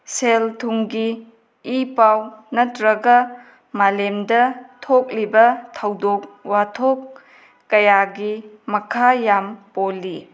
ꯁꯦꯜ ꯊꯨꯝꯒꯤ ꯏ ꯄꯥꯎ ꯅꯠꯇ꯭ꯔꯒ ꯃꯥꯂꯦꯝꯗ ꯊꯣꯛꯂꯤꯕ ꯊꯧꯗꯣꯛ ꯋꯥꯊꯣꯛ ꯀꯌꯥꯒꯤ ꯃꯈꯥ ꯌꯥꯝ ꯄꯣꯜꯂꯤ